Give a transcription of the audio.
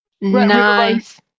nice